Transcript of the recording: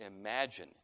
imagine